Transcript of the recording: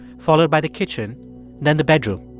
followed by the kitchen then the bedroom.